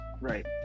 Right